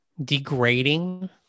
degrading